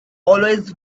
always